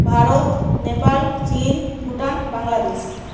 ভারত নেপাল চীন ভুটান বাংলাদেশ